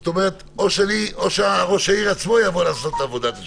זאת אומרת שראש העיר עצמו יבוא לעשות את עבודת השיטור.